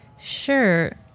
sure